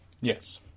Yes